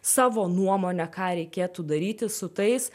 savo nuomonę ką reikėtų daryti su tais